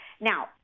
now